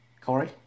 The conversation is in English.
Corey